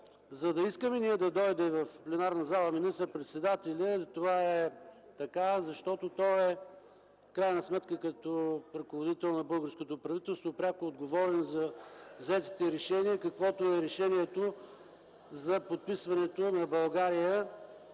Ние искаме да дойде в пленарната зала министър-председателят, защото в крайна сметка той е ръководител на българското правителство и е пряко отговорен за взетите решения, каквото е решението за подписването от България